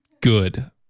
Good